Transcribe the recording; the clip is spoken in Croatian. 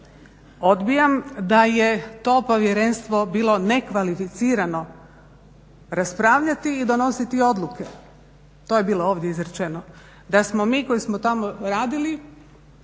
odbijam da je to povjerenstvo bilo nekvalificirano raspravljati i donositi odluke. To je bilo ovdje izrečeno, da smo mi koji smo tako radili